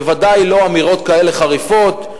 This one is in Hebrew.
בוודאי לא אמירות כאלה חריפות.